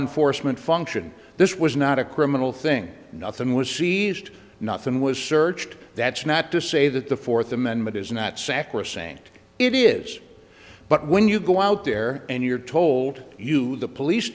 enforcement function this was not a criminal thing nothing was seized nothing was searched that's not to say that the fourth amendment is not sacrosanct it is but when you go out there and you're told you the police